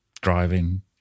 driving